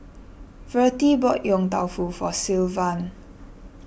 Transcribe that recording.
Vertie bought Yong Tau Foo for Sylvan